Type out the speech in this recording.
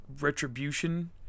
Retribution